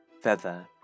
Feather